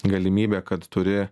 galimybė kad turi